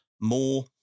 more